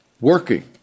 working